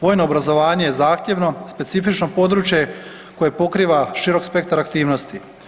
Vojno obrazovanje je zahtjevno, specifično područje koje pokriva širok spektar aktivnosti.